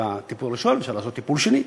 בטיפול הראשון, אפשר לעשות טיפול שני.